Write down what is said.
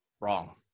Wrong